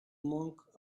monk